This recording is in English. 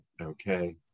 okay